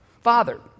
Father